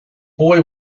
boy